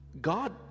God